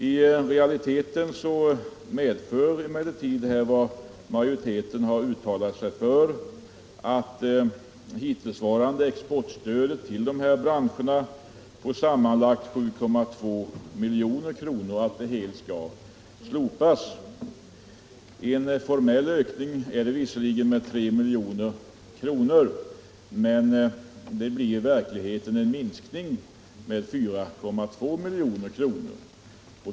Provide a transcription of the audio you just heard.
I realiteten medför emellertid vad majoriteten har uttalat sig för att det hittillsvarande exportstödet till dessa branscher på sammanlagt 7,2 milj.kr. helt skall slopas. En formell ökning sker visserligen med 3 milj.kr., men i verkligheten blir det en minskning med 4,2 milj.kr.